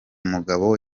mugabo